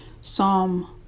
Psalm